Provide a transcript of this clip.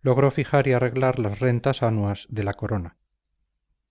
logró fijar y arreglar las rentas anuas de la corona